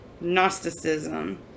Gnosticism